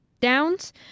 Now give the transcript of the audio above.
Downs